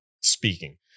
speaking